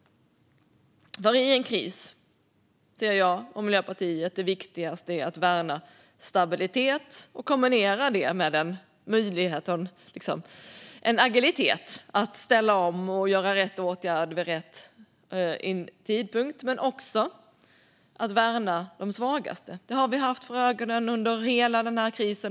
I en kris ser jag och Miljöpartiet att det viktigaste är att värna stabiliteten kombinerat med en agilitet när det gäller att ställa om och göra rätt åtgärder vid rätt tidpunkt men också för att värna de svagaste. Det har vi haft för ögonen under hela den här krisen.